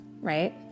right